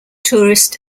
tourist